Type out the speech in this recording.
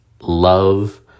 love